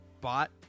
bought